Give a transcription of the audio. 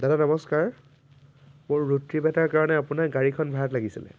দাদা নমস্কাৰ মোৰ ৰোড ট্ৰিপ এটাৰ কাৰণে আপোনাৰ গাড়ীখন ভাড়াত লাগিছিলে